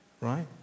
right